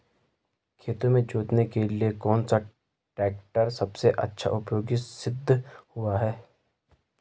खेतों को जोतने के लिए कौन सा टैक्टर सबसे अच्छा उपयोगी सिद्ध हुआ है?